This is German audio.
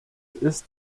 ist